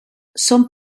son